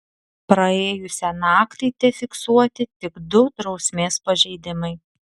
praėjusią naktį tefiksuoti tik du drausmės pažeidimai